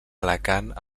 alacant